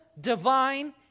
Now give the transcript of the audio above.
divine